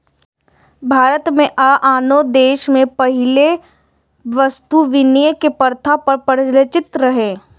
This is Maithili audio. भारत मे आ आनो देश मे पहिने वस्तु विनिमय के प्रथा प्रचलित रहै